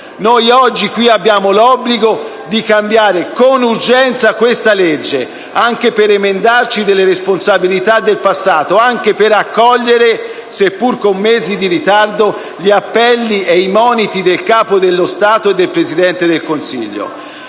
Noi oggi qui abbiamo l'obbligo di cambiare urgentemente questa legge elettorale, anche per emendarci delle responsabilità del passato, anche per accogliere, seppure con mesi di ritardo, gli appelli e i moniti del Capo dello Stato e del Presidente del Consiglio.